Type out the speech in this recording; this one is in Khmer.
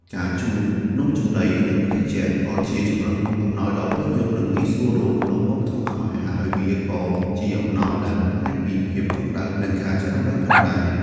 ការជូននំចំណី និងភេសជ្ជៈ ក៏ជាជម្រើសអំណោយដ៏ពេញនិយម និងងាយស្រួលរកក្នុងវប្បធម៌ខ្មែរ ហើយវាក៏ជាអំណោយដែលបង្ហាញពីភាពកក់ក្ដៅ និងការចែករំលែកផងដែរ។